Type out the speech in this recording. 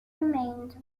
remained